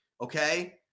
okay